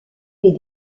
les